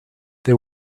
they